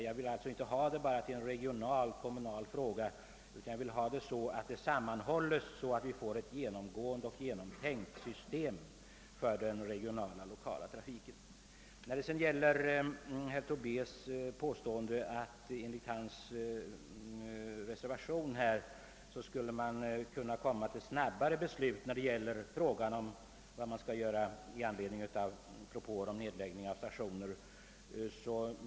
Jag vill inte betrakta detta som en regional, kommunal fråga, utan jag vill att frågan skall behandlas så att vi får ett genomtänkt system för den regionala och lokala trafiken. Herr Tobé påstår att man enligt förslaget i reservationen a skulle få snabbare beslut när det gäller propåer om nedläggning av stationer.